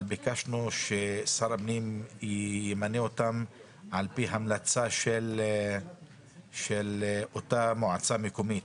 אבל ביקשנו ששר הפנים ימנה אותם על פי המלצה של אותה מועצה מקומית.